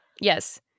Yes